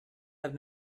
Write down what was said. have